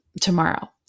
tomorrow